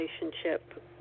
relationship